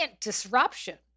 disruption